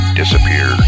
disappear